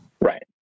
Right